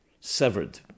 severed